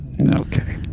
Okay